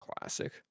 Classic